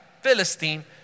Philistine